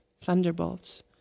thunderbolts